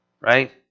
right